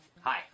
Hi